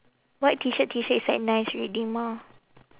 white T shirt T shirt is like nice already mah